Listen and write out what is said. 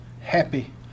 happy